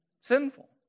Sinful